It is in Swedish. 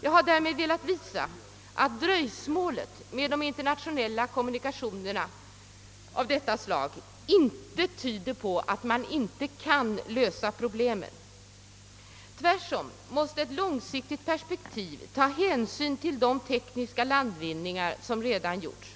Jag har därmed velat visa att dröjsmålet med internationella kommunikationer av detta slag inte tyder på att man inte kan lösa problemen. Tvärtom måste ett långsiktigt perspektiv ta hänsyn till de tekniska landvinningar som redan gjorts